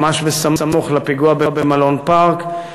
ממש סמוך לפיגוע במלון "פארק".